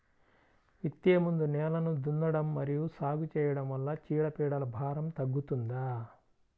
విత్తే ముందు నేలను దున్నడం మరియు సాగు చేయడం వల్ల చీడపీడల భారం తగ్గుతుందా?